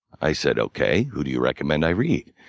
i said, okay, who do you recommend i read?